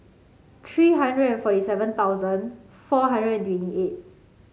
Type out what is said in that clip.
three hundred and forty seven thousand four hundred and twenty eight